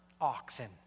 oxen